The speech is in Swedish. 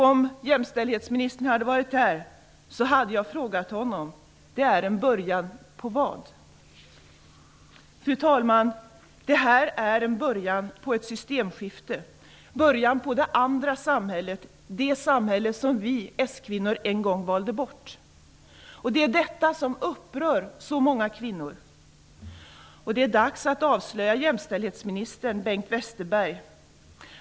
Om jämställdhetsministern hade varit här hade jag frågat honom om vad det är en början på. Fru talman! Det här är början på ett systemskifte. Det är början på det andra samhället, det som vi skvinnor en gång valde bort. Detta är vad som upprör så många kvinnor. Det är dags att avslöja jämställdhetsministern Bengt Westerberg.